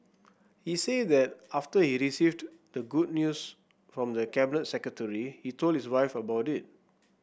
he said that after he received the good news from the Cabinet Secretary he told his wife about it